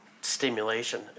stimulation